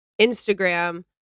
Instagram